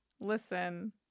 listen